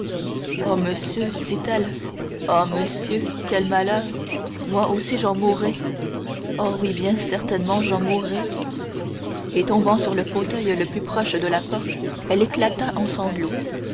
oh monsieur dit-elle ah monsieur quel malheur moi aussi j'en mourrai oh oui bien certainement j'en mourrai et tombant sur le fauteuil le plus proche de la porte elle éclata en sanglots